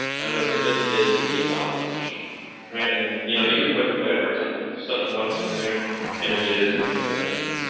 i'm going to say this is the about page right? and you know, you can put whatever type of stuff you want to put in there images and things of that nature.